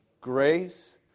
grace